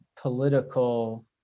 political